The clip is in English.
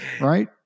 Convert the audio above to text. right